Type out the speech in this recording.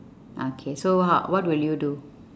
okay so ho~ what will you do